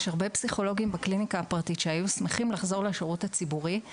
יש הרבה פסיכולוגים בקליניקה הפרטית שהיו שמחים לחזור לשירות הציבורי,